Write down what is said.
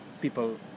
people